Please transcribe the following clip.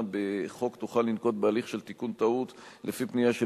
בחוק תוכל לנקוט תהליך של תיקון טעות לפי פנייה של